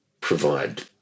provide